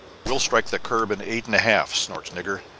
we'll strike the curb in eight and a half! snorts nigger,